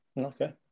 okay